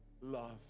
Love